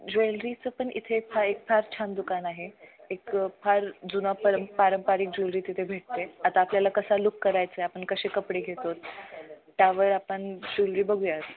ज्वेलरीचं पण इथे फार एक फार छान दुकान आहे एक फार जुना परं पारंपरिक ज्वेलरी तिथे भेटते आता आपल्याला कसा लूक करायचा आहे आपण कसे कपडे घेतो आहोत त्यावर आपण ज्वेलरी बघू या